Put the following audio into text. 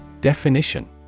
Definition